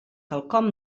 quelcom